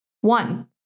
One